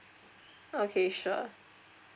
okay sure